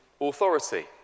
authority